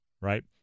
Right